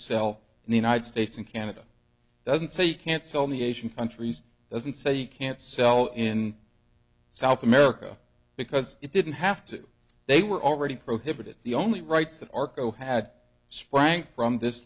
in the united states and canada doesn't say you can't sell the asian countries doesn't say you can't sell in south america because it didn't have to they were already prohibited the only rights that arco had sprang from this